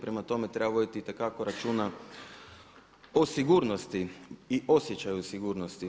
Prema tome, treba voditi itekako ručana o sigurnosti i osjećaju sigurnosti.